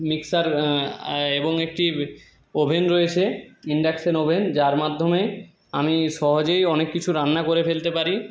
mixer এবং একটি oven রয়েছে ইনডাকশন ওভেন যার মাধ্যমে আমি সহজেই অনেক কিছু রান্না করে ফেলতে পারি